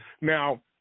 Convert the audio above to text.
Now